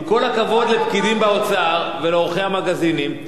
עם כל הכבוד לפקידים באוצר ולעורכי המגזינים,